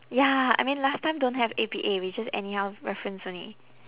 ya I mean last time don't have A_P_A we just anyhow reference only